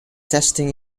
testing